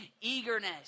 eagerness